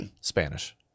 Spanish